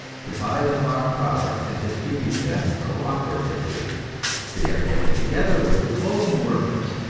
to buy the farm products and distribute them co-operatively they are getting together with the clothing workers,